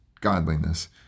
godliness